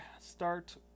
start